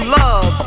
love